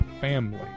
family